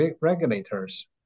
regulators